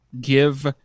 give